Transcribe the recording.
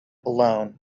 alone